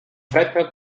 freitag